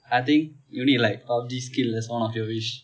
I think you need like all this skill as one of your wish